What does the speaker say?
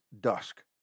dusk